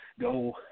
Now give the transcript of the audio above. go